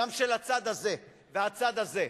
גם של הצד הזה והצד הזה.